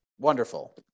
Wonderful